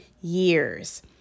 years